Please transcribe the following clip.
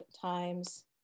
times